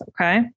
Okay